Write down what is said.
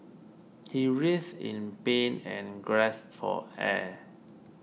he writhed in pain and gasped for air